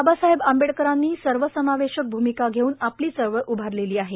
बाबासाहेब आंबेडकरांनी सर्व समावेशक भूमिका घेऊन आपली चळवळ उभारलेली आहे